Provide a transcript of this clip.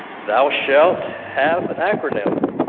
thou shalt have acronyms.